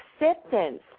acceptance